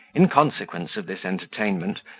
in consequence of this entertainment,